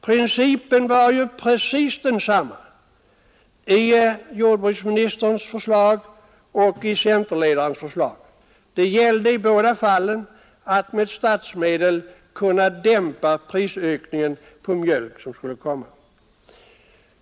Principen var ju precis densamma i jordbruksministerns förslag och i centerledarens förslag. Det gällde i båda fallen att med statsmedel dämpa den prisökning på mjölk som var att vänta.